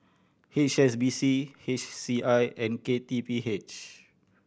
H S B C H C I and K T P H